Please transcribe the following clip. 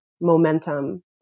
momentum